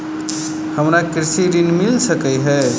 हमरा कृषि ऋण मिल सकै है?